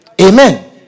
Amen